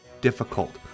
difficult